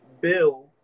bill